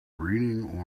reading